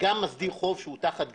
וגם מסדיר חוב שהוא תחת גבייה.